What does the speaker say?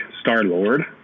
Star-Lord